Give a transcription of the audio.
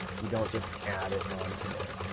you don't just add it onto there.